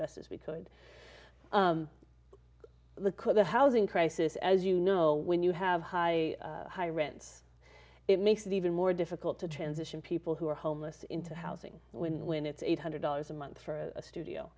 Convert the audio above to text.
best as we could the quick the housing crisis as you know when you have high high rents it makes it even more difficult to transition people who are homeless into housing when when it's eight hundred dollars a month for a studio